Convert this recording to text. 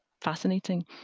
fascinating